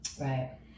Right